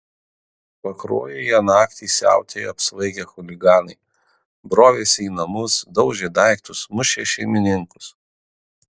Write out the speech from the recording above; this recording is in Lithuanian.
pakruojyje naktį siautėjo apsvaigę chuliganai brovėsi į namus daužė daiktus mušė šeimininkus